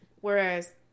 Whereas